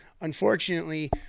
unfortunately